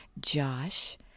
Josh